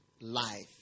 life